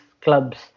clubs